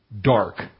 dark